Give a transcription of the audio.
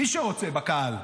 מי שרוצה, בקהל.